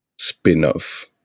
spin-off